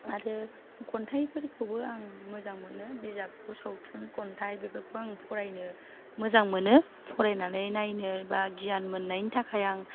आरो खन्थाइफोरखौबो आं मोजां मोनो बिजाबखौ सावथुन खन्थाइ बेफोरखौ आं फरायनो मोजां मोनो फरायनानै नायनो बा गियान मोननायनि थाखाय आं